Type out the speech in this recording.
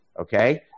okay